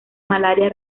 malaria